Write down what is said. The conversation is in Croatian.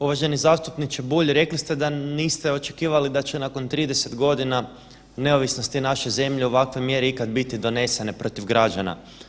Uvaženi zastupniče Bulj, rekli ste da niste očekivali da će nakon 30 godina neovisnosti naše zemlje ovakve mjere biti donesene protiv građana.